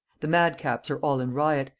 the madcaps are all in riot,